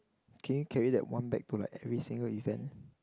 can you carry that one bag to like every single event